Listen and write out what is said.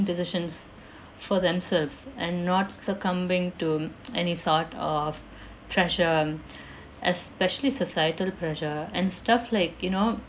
decisions for themselves and not succumbing to any sort of pressure especially societal pressure and stuff like you know